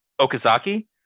Okazaki